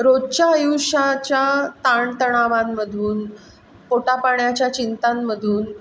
रोजच्या आयुष्याच्या ताणतणावांमधून पोटापाण्याच्या चिंतांमधून